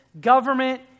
government